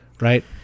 right